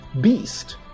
Beast